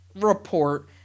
report